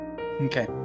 Okay